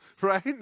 right